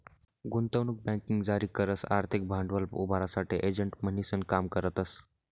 गुंतवणूक बँकिंग जारी करस आर्थिक भांडवल उभारासाठे एजंट म्हणीसन काम करतस